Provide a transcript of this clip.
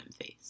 face